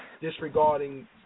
disregarding